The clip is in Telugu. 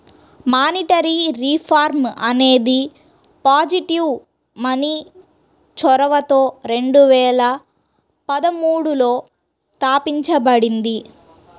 మానిటరీ రిఫార్మ్ అనేది పాజిటివ్ మనీ చొరవతో రెండు వేల పదమూడులో తాపించబడింది